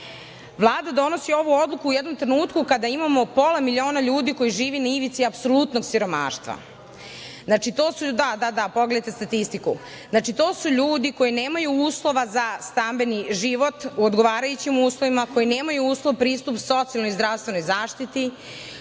donosi ovu odluku u jednom trenutku kada imamo pola miliona ljudi koji živi na ivici apsolutnog siromaštva, da pogledajte statistiku. Znači to su ljudi koji nemaju uslova za stambeni život, u odgovarajućim uslovima, koji nemaju apsolutno pristup socijalnoj i zdravstvenoj zaštiti,